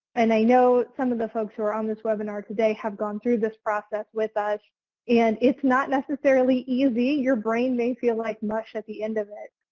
and i know some of the folks who are on this webinar today have gone through this process with us and it's not necessarily easy. your brain may feel like mush at the end of it.